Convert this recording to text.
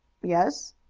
yes.